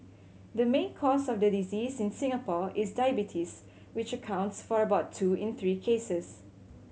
the main cause of the disease in Singapore is diabetes which accounts for about two in three cases